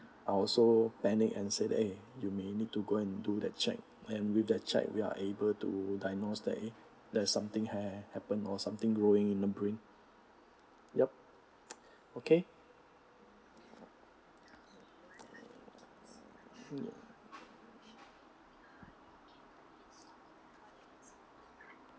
I was so panic and said eh you may need to go and do that check and with their check we're able to diagnose that eh there's something hap~ happened or something growing in the brain yup okay